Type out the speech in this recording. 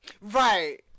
right